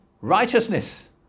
righteousness